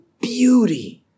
beauty